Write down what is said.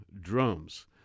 drums